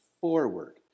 forward